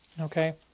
Okay